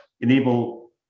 enable